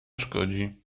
szkodzi